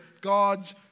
God's